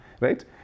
Right